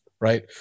Right